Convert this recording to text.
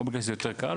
או בגלל שזה יותר קל,